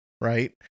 right